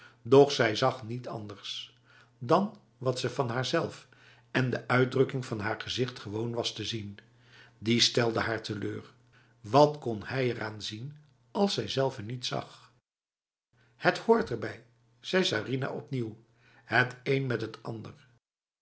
doch zij zag niet anders dan wat ze van haarzelf en de uitdrukking van haar gezicht gewoon was te zien dit stelde haar teleur wat kon hij eraan zien als zijzelve niets zag het hoort erbij zeide sarinah opnieuw het een met het anderf